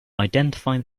identify